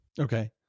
Okay